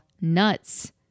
nuts